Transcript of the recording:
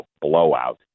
blowout